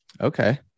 Okay